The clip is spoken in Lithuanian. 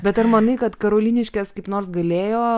bet ar manai kad karoliniškės kaip nors galėjo